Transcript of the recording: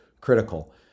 critical